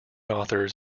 authors